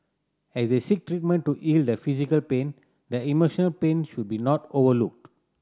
as they seek treatment to heal the physical pain their emotional pain should be not overlooked